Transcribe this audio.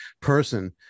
person